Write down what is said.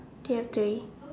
do you three